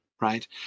right